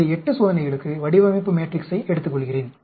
எனவே 8 சோதனைகளுக்கு வடிவமைப்பு மேட்ரிக்ஸை எடுத்துக்கொள்கிறேன்